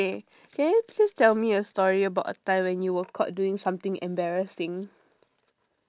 okay can you please tell me a story about a time when you were caught doing something embarrassing